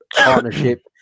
partnership